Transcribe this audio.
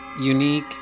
unique